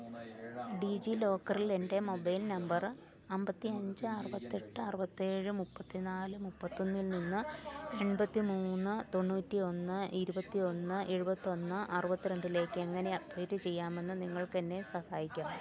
ഡിജി ലോക്കറിൽ എൻ്റെ mobile number അമ്പത്തി അഞ്ച് അറുപത്തിയെട്ട് അറുപത്തിയേഴ് മുപ്പത്തി നാല് മുപ്പത്തിയൊന്നിൽ നിന്ന് എൺപത്തി മൂന്ന് തൊണ്ണൂറ്റി ഒന്ന് ഇരുപത്തി ഒന്ന് എഴുപത്തിയൊന്ന് അറുപത്തി രണ്ടിലേക്ക് എങ്ങനെ അപ്ഡേറ്റ് ചെയ്യാമെന്നു നിങ്ങൾക്കെന്നെ സഹായിക്കാമോ